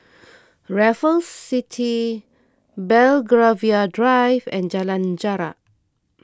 Raffles City Belgravia Drive and Jalan Jarak